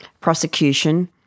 prosecution